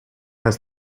has